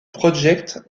project